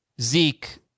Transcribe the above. Zeke